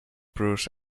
bruise